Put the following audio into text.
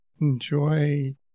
enjoy